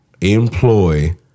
employ